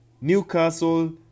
Newcastle